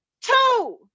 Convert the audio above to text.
Two